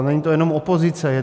Není to jenom opozice.